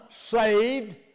saved